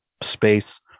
space